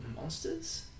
Monsters